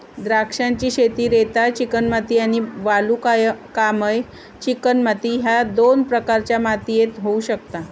द्राक्षांची शेती रेताळ चिकणमाती आणि वालुकामय चिकणमाती ह्य दोन प्रकारच्या मातीयेत होऊ शकता